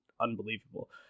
unbelievable